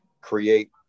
create